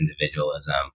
individualism